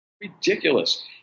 Ridiculous